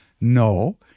No